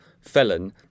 felon